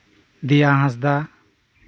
ᱫᱤᱭᱟ ᱦᱟᱸᱥᱫᱟ